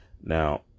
now